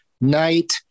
Night